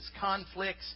conflicts